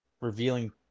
revealing